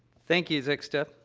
thank you, zixta,